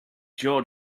jaw